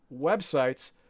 websites